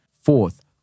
Fourth